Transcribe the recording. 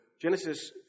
Genesis